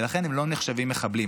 ולכן הם לא נחשבים מחבלים.